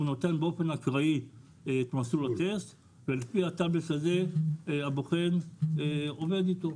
הוא נותן באופן אקראי את מסלול הטסט ולפי הטאבלט הזה הבוחן עובד אתו.